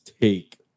take